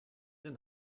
den